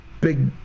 big